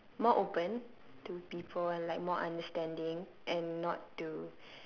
more open to people and like more understanding and not to